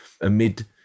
amid